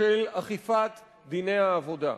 של אכיפת דיני העבודה.